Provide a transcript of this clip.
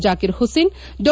ಜಾಕಿರ್ ಹುಸೇನ್ ಡಾ